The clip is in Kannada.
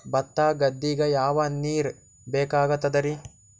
ಭತ್ತ ಗದ್ದಿಗ ಯಾವ ನೀರ್ ಬೇಕಾಗತದರೀ?